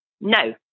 No